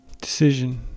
Decision